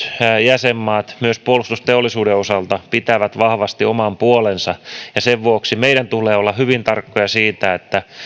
jäsenmaat myös puolustusteollisuuden osalta pitävät vahvasti oman puolensa ja sen vuoksi meidän tulee olla hyvin tarkkoja siitä että